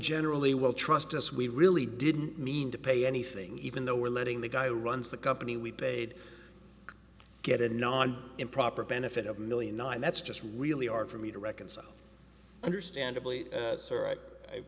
generally well trust us we really didn't mean to pay anything even though we're letting the guy who runs the company we paid get a non improper benefit of million nine that's just really hard for me to reconcile understandably